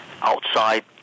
outside